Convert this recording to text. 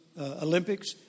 Olympics